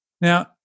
Now